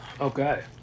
Okay